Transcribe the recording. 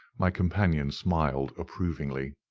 my companion smiled approvingly.